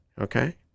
Okay